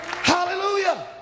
Hallelujah